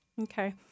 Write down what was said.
Okay